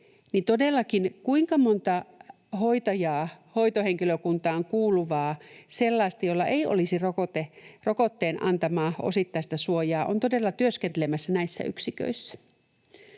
kuinka monta hoitohenkilökuntaan kuuluvaa sellaista, jolla ei olisi rokotteen antamaa osittaista suojaa, on todella työskentelemässä näissä yksiköissä.